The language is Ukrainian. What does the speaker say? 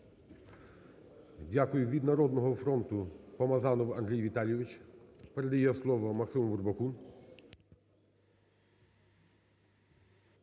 Дякую. Від "Народного фронту"